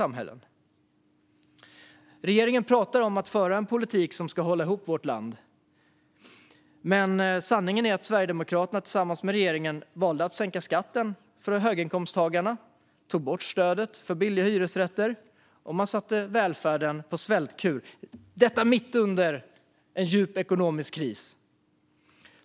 Regeringen pratar om att föra en politik som ska hålla ihop vårt land. Men sanningen är ju att Sverigedemokraterna tillsammans med regeringen valde att sänka skatten för höginkomsttagarna, ta bort stödet till billiga hyresrätter och sätta välfärden på svältkur - detta mitt under en djup ekonomisk kris.